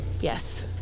Yes